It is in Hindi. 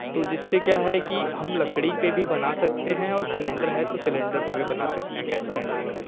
तो जिससे क्या है कि हम लकड़ी पर भी बना सकते हैं और सिलिन्डर है तो सिलिन्डर पर भी बना सकते हैं गैस सिलिन्डर पर